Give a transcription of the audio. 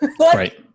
Right